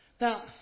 Now